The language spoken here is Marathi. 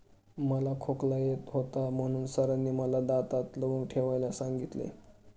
मला खोकला येत होता म्हणून सरांनी मला दातात लवंग ठेवायला सांगितले